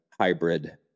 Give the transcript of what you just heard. hybrid